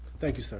thank you, sir.